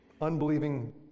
unbelieving